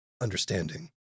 understanding